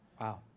Wow